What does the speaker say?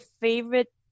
favorite